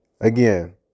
Again